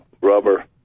rubber